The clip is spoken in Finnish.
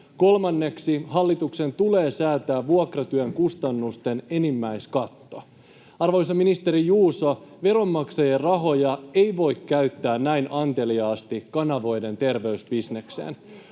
Kolmanneksi, hallituksen tulee säätää vuokratyön kustannusten enimmäiskatto. Arvoisa ministeri Juuso, veronmaksajien rahoja ei voi käyttää näin anteliaasti, kanavoiden terveysbisnekseen.